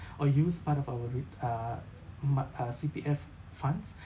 or use part of our reap uh mat~ uh C_P_F funds